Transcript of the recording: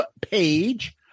page